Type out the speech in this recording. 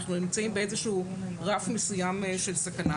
אנחנו נמצאים באיזשהו רף מסוים של סכנה